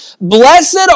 Blessed